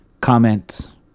comment